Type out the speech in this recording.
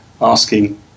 asking